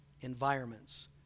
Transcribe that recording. environments